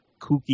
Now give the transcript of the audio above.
kooky